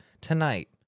tonight